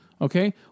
okay